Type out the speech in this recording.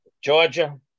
Georgia